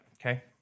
Okay